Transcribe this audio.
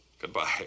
Goodbye